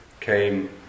came